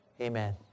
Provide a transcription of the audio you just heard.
Amen